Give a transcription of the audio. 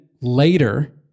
later